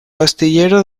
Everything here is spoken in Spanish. astillero